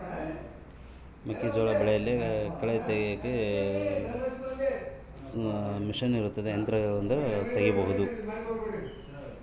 ಮೆಕ್ಕೆಜೋಳ ಬೆಳೆಯಲ್ಲಿ ಕಳೆ ತೆಗಿಯಾಕ ಯಾವ ಯಂತ್ರಗಳಿಂದ ತೆಗಿಬಹುದು?